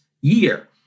year